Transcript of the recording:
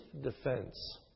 defense